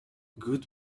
good